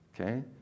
Okay